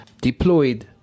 deployed